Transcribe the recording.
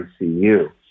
ICU